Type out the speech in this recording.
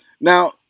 now